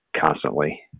constantly